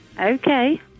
Okay